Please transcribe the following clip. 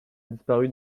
disparu